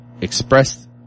expressed